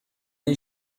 این